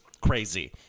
crazy